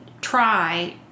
try